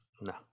No